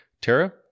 Tara